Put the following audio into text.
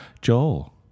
Joel